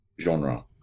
genre